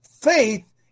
faith